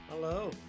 Hello